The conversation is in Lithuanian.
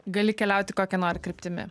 gali keliauti kokia nori kryptimi